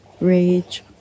rage